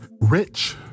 rich